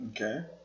Okay